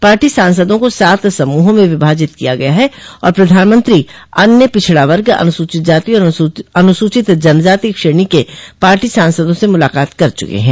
party सांसदों को सात समूहों में विभाजित किया गया है और प्रधानमंत्री अन्य पिछड़ा वर्ग अनुसूचित जाति और अनुसूचित जनजाति श्रेणी के पार्टी सांसदों से मुलाकात कर चुके हैं